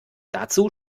dazu